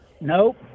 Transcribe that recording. Nope